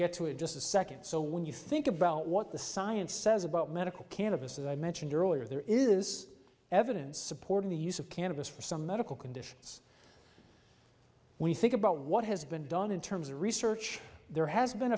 get to it just a second so when you think about what the science says about medical cannabis as i mentioned earlier there is evidence supporting the use of cannabis for some medical conditions we think about what has been done in terms of research there has been